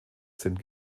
sind